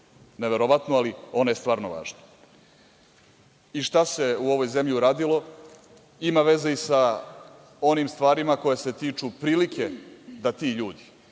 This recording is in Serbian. Neverovatno, ali ona je stvarno važna.I šta se u ovoj zemlji uradilo? Ima veze i sa onim stvarima koje se tiču prilike da ti ljudi,